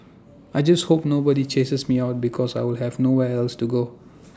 I just hope nobody chases me out because I will have nowhere else to go